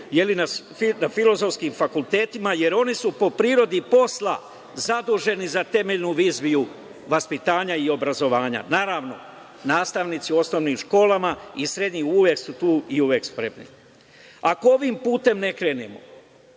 na filozofskim fakultetima, jer oni su po prirodi posla zaduženi za temeljnu viziju vaspitanja i obrazovanja. Naravno, nastavnici u osnovnim školama i srednjim uvek su tu i uvek spremni. Ako ovim putem ne krenemo